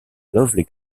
lovely